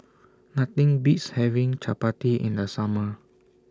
Nothing Beats having Chapati in The Summer